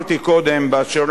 אמרתי קודם באשר